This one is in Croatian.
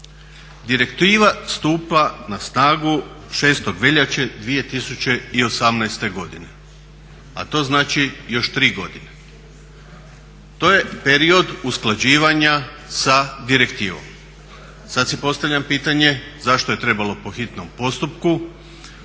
Direktiva stupa na snagu 6. veljače 2018. godine. A to znači još 3 godine. To je period usklađivanja sa direktivom. Sad si postavljam pitanje zašto je trebalo po hitnom postupku,